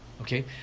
okay